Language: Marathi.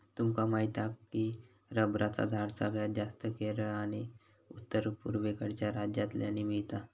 तुमका माहीत हा की रबरचा झाड सगळ्यात जास्तं केरळ आणि उत्तर पुर्वेकडच्या राज्यांतल्यानी मिळता